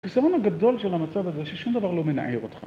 החסרון הגדול של המצב הזה זה ששום דבר לא מנער אותך